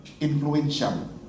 influential